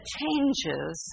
changes